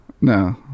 No